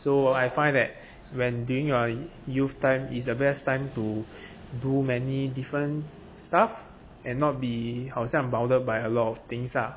so I find that when during your youth time is the best time to do many different stuff and not be 好像 bounded by a lot of things ah